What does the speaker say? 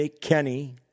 Kenny